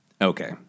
Okay